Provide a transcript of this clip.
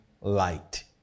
light